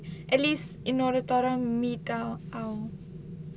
at least இன்னொரு தரம்:innoru tharam meet ஆவம்:aavam